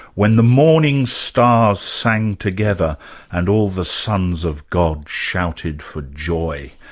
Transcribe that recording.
when the morning stars sang together and all the sons of god shouted for joy?